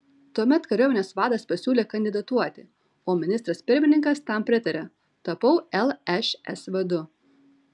tuomet kariuomenės vadas pasiūlė kandidatuoti o ministras pirmininkas tam pritarė tapau lšs vadu